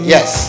Yes